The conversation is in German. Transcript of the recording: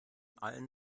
allen